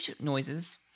noises